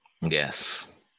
Yes